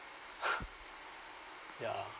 ya